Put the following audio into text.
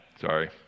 Sorry